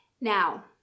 Now